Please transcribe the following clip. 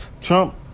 Trump